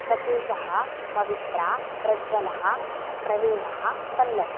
सतीशः पवित्रा प्रज्वलः प्रवीणः पल्लवी